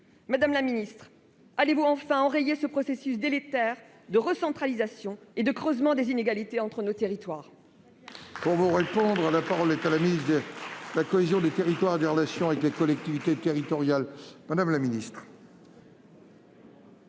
Madame la ministre, allez-vous enfin enrayer ce processus délétère de recentralisation et de creusement des inégalités entre nos territoires ? La parole est à Mme la ministre de la cohésion des territoires et des relations avec les collectivités territoriales. Madame la sénatrice,